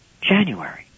January